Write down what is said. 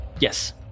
Yes